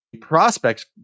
Prospects